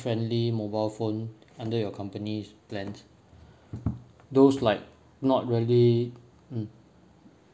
friendly mobile phone under your company's plans those like not really mm